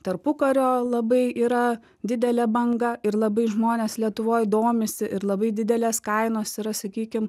tarpukario labai yra didelė banga ir labai žmonės lietuvoj domisi ir labai didelės kainos yra sakykim